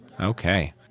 Okay